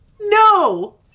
No